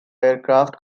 aircraft